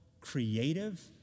creative